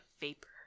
vapor